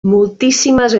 moltíssimes